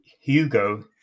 Hugo